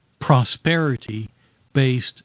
prosperity-based